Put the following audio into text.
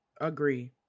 agree